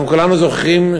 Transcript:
אנחנו כולנו זוכרים,